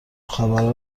خبرهای